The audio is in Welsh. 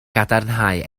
gadarnhau